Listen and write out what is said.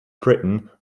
britain